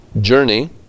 journey